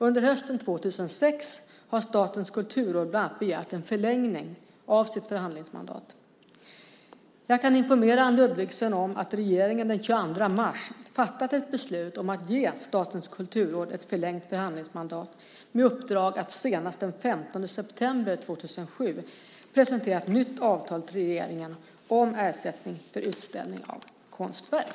Under hösten 2006 har Statens kulturråd bland annat begärt en förlängning av sitt förhandlingsmandat. Jag kan informera Anne Ludvigsson om att regeringen den 22 mars fattat ett beslut om att ge Statens kulturråd ett förlängt förhandlingsmandat med uppdrag att senast den 15 september 2007 presentera ett nytt avtal till regeringen om ersättning för utställning av konstverk.